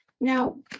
now